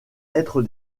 être